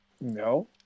No